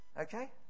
Okay